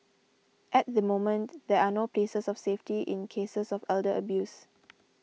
at the moment there are no places of safety in cases of elder abuse